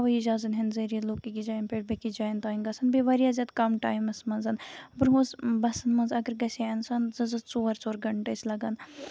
ہوٲیی جَہازَن ہِندۍ ذٔریعہِ لُکھ أکِس جاین پٮ۪ٹھ بیٚیہِ کِس جاین تانۍ گژھان بیٚیہِ واریاہ زیادٕ کَم ٹایمَس منٛز برونہہ اوس بَسن منٛز اَگر گژھِ ہے اِنسان زٕ زٕ ژور ژور گنٹہٕ ٲسۍ لگان